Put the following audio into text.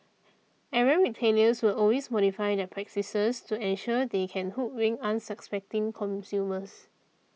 errant retailers will always modify their practices to ensure they can hoodwink unsuspecting consumers